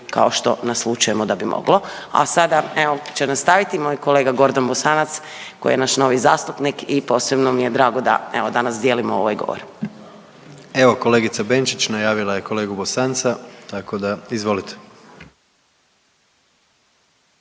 kao što naslućujemo da bi moglo, a sada evo će nastaviti moj kolega Gordan Bosanac, koji je naš novi zastupnik i posebno mi je drago da evo danas dijelimo ovaj govor. **Jandroković, Gordan (HDZ)** Evo kolegica Benčić najavila je kolegu Bosanca, tako da, izvolite.